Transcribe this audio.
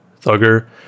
Thugger